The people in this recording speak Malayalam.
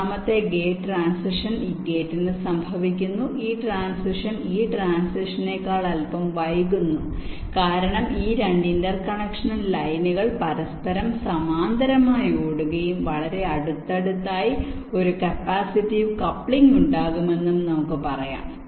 രണ്ടാമത്തെ ഗേറ്റ് ട്രാന്സിഷൻ ഈ ഗേറ്റിന് സംഭവിക്കുന്നു ഈ ട്രാന്സിഷൻ ഈ ട്രാന്സിഷനേക്കാൾ അല്പം വൈകുന്നു കാരണം ഈ 2 ഇന്റർകണക്ഷൻ ലൈനുകൾ പരസ്പരം സമാന്തരമായി ഓടുകയും വളരെ അടുത്തായി ഒരു കപ്പാസിറ്റീവ് കപ്ലിംഗ് ഉണ്ടാകുമെന്നും നമുക്ക് പറയാം